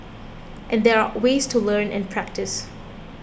and there are ways to learn and practice